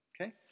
Okay